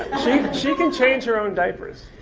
she can change her own diapers!